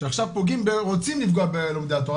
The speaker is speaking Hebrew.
שעכשיו רוצים לפגוע בלומדי התורה,